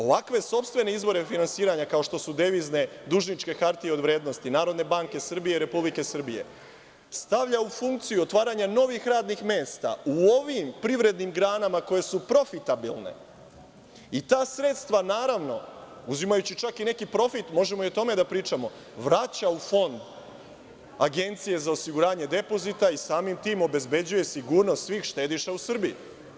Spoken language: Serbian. Ovakve sopstvene izvore finansiranja, kao što su devizne dužničke hartije od vrednosti Narodne banke Srbije i Republike Srbije, stavlja u funkciju otvaranja novih radnih mesta u ovim privrednim granama koje su profitabilne i ta sredstva, naravno, uzimajući čak i neki profit, možemo i o tome da pričamo, vraća u Fond Agencije za osiguranje depozita i samim tim obezbeđuje sigurnost svih štediša u Srbiji.